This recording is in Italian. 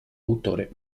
autore